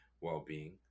well-being